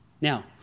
Now